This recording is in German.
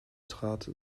trat